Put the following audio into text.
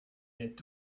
est